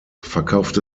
verkaufte